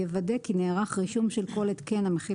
יוודא כי נערך רישום של כל התקן המכיל